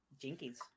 jinkies